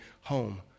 Home